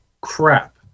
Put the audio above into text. crap